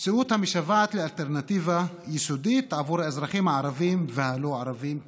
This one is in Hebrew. מציאות המשוועת לאלטרנטיבה יסודית עבור האזרחים הערבים והלא-ערבים כאחד.